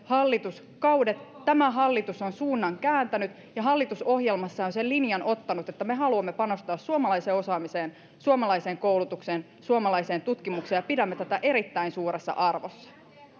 hallituskaudet tämä hallitus on suunnan kääntänyt ja hallitusohjelmassaan sen linjan ottanut että me haluamme panostaa suomalaiseen osaamiseen suomalaiseen koulutukseen ja suomalaiseen tutkimukseen ja pidämme tätä erittäin suuressa arvossa